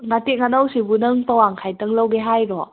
ꯉꯥꯇꯦꯛ ꯉꯥꯅꯧꯁꯤꯕꯨ ꯅꯪ ꯄꯋꯥ ꯃꯈꯥꯏꯗꯪ ꯂꯧꯒꯦ ꯍꯥꯏꯔꯣ